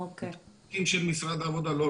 לא רואים פקחים של משרד העבודה.